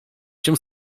się